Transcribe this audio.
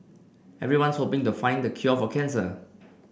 everyone's hoping to find cure for cancer